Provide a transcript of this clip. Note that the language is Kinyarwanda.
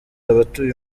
abatuye